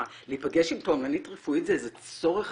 מה, להיפגש עם תועמלנית רפואית זה איזה צורך